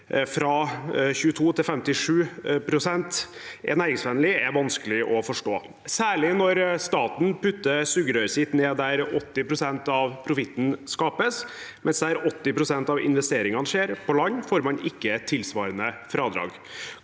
fra 22 pst. til 57 pst. – er næringsvennlig, er vanskelig å forstå, særlig når staten putter sugerøret sitt ned der 80 pst. av profitten skapes, mens der 80 pst. av investeringene skjer, på land, får man ikke tilsvarende fradrag.